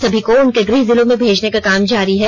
सभी को उनके गृह जिलों में भेजने का काम जारी हैं